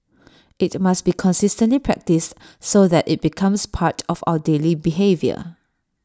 IT must be consistently practised so that IT becomes part of our daily behaviour